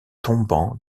tombant